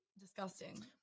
Disgusting